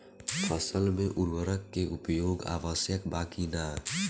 फसल में उर्वरक के उपयोग आवश्यक बा कि न?